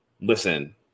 Listen